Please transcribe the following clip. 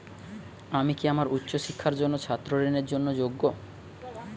আমি কি আমার উচ্চ শিক্ষার জন্য ছাত্র ঋণের জন্য যোগ্য?